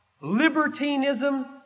libertinism